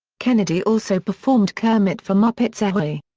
kennedy also performed kermit for muppets ahoy,